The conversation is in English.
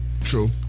True